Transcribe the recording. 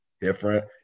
different